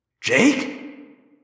Jake